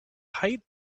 height